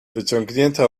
wyciągnięta